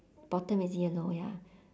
bottom is yellow ya